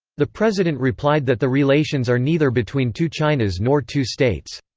the president replied that the relations are neither between two chinas nor two states.